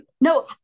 No